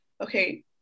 okay